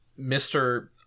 Mr